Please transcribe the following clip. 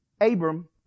Abram